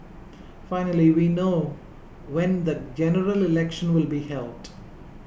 finally we know when the General Election will be held